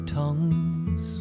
tongues